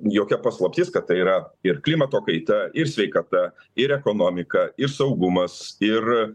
jokia paslaptis kad tai yra ir klimato kaita ir sveikata ir ekonomika ir saugumas ir